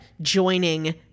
joining